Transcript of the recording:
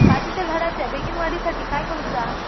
काजीच्या झाडाच्या बेगीन वाढी साठी काय करूचा?